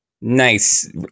nice